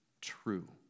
true